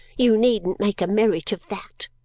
you needn't make a merit of that,